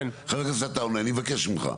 חה"כ עטאונה אני מבקש ממך.